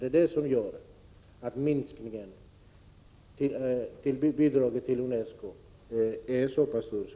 Det är detta som gör att minskningen av bidraget till UNESCO är så pass stor.